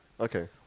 Okay